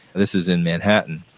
this is in manhattan.